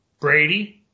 Brady